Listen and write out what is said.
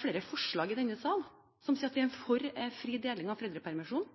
flere forslag i denne sal, hvor det sies at vi er for fri deling av foreldrepermisjon.